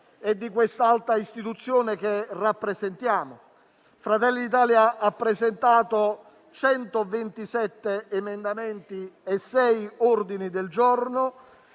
e dell'alta istituzione che rappresentiamo. Fratelli d'Italia ha presentato 127 emendamenti e sei ordini del giorno,